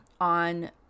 on